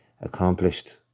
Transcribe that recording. accomplished